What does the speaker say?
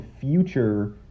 future